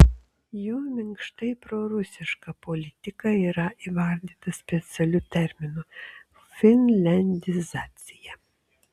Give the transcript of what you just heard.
jų minkštai prorusiška politika yra įvardyta specialiu terminu finliandizacija